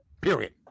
Period